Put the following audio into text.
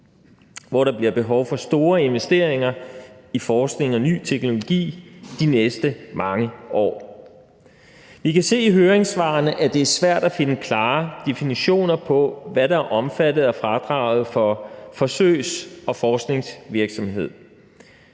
hvor der bliver behov for store investeringer i forskning og ny teknologi de næste mange år. Vi kan se i høringssvarene, at det er svært at finde klare definitioner på, hvad der er omfattet af fradraget for forsøgs- og forskningsvirksomhed.